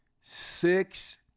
Six